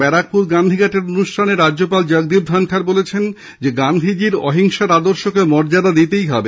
ব্যারাকপুর গান্ধীঘাটের অনুষ্ঠানে রাজ্যপাল জগদীপ ধনখড় বলেছেন গান্ধীজীর অহিংসার আদর্শকে মর্যাদা দিতেই হবে